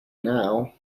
now